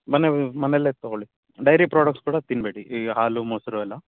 ಮನೆ ಮನೆಯಲ್ಲೇ ತಗೊಳ್ಳಿ ಡೈರಿ ಪ್ರಾಡೆಕ್ಟ್ಸ್ ಕೂಡ ತಿನ್ನಬೇಡಿ ಈ ಹಾಲು ಮೊಸರು ಎಲ್ಲ